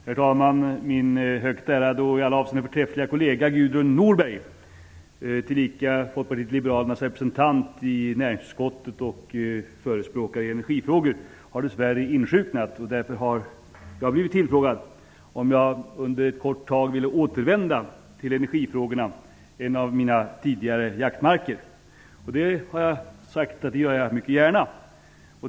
Herr talman! Min högt ärade och i alla avseenden förträffliga kollega Gudrun Norberg, tillika Folkpartiet liberalernas representant i näringsutskottet och förespråkare i energifrågor, har dess värre insjuknat. Därför har jag blivit tillfrågad om jag under ett kort tag ville återvända till energifrågorna, en av mina tidigare jaktmarker. Det har jag sagt att jag gör mycket gärna.